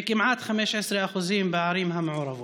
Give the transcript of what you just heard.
וכמעט 15% בערים המעורבות.